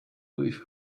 with